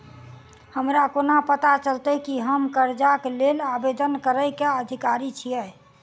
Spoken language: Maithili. हमरा कोना पता चलतै की हम करजाक लेल आवेदन करै केँ अधिकारी छियै?